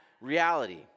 reality